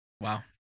Wow